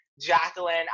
Jacqueline